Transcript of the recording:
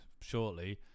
shortly